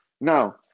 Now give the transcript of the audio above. Now